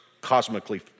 cosmically